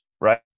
right